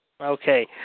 Okay